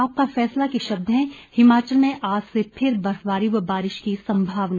आपका फैसला के शब्द हैं हिमाचल में आज से फिर बर्फबारी व बारिश की सम्भावना